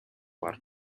бар